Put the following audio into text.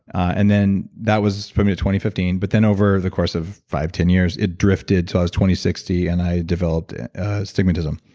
and then that was from yeah twenty fifteen. but then over the course of five, ten years, it drifted until i was twenty sixty and i developed astigmatism.